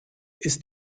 ist